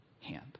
hand